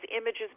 images